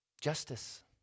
Justice